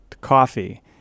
coffee